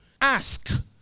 Ask